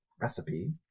recipe